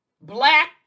Black